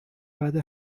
بعد